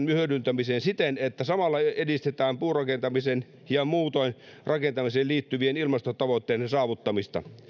hyödyntämiseen siten että samalla edistetään puurakentamisen ja muutoin rakentamiseen liittyvien ilmastotavoitteiden saavuttamista